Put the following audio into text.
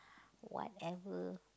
whatever